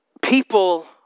People